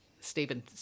Stephen